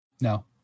No